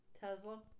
Tesla